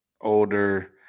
older